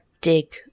dig